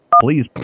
Please